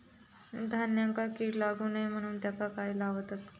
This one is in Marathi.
धान्यांका कीड लागू नये म्हणून त्याका काय लावतत?